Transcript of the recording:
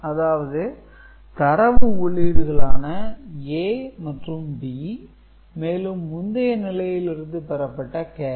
அதாவது தரவு உள்ளீடுகளான ஏ மற்றும் பி மேலும் முந்திய நிலையில் இருந்து பெறப்பட்ட கேரி